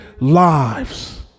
lives